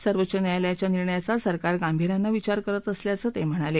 सर्वोच्च न्यायालयाच्या निर्णयाचा सरकार गांभीर्याने विचार करत असल्याचे ते म्हणाले